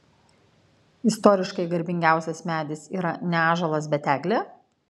istoriškai garbingiausias medis yra ne ąžuolas bet eglė